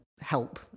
help